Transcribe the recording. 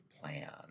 plan